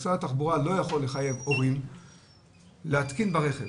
משרד התחבורה לא יכול לחייב הורים להתקין ברכב